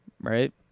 right